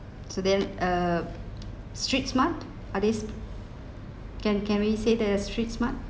so then uh street smart are they s~ can can we say that a street smart